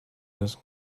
this